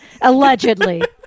Allegedly